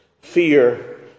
fear